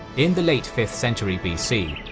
in the late fifth century bc,